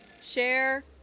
Share